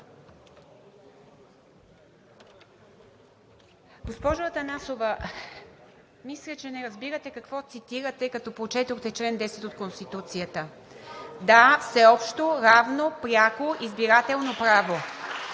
Госпожо Атанасова, мисля, че не разбирате какво цитирате, като прочетохте чл. 10 от Конституцията. Да, всеобщо, равно, пряко избирателно право.